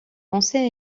penser